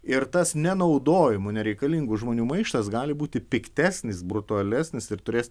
ir tas nenaudojamų nereikalingų žmonių maištas gali būti piktesnis brutualesnis ir turės